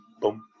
boom